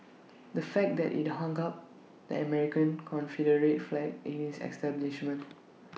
the fact that IT hung up the American Confederate flag in its establishment